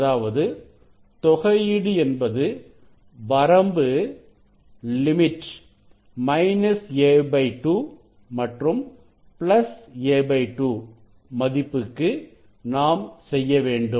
அதாவது தொகையீடு என்பது வரம்பு a2 மற்றும் a2 மதிப்புக்கு நாம் செய்யவேண்டும்